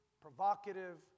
provocative